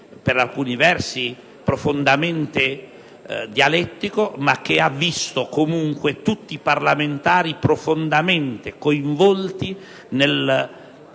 per alcuni versi profondamente dialettico, ma che ha visto comunque tutti i parlamentari profondamente coinvolti